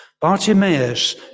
Bartimaeus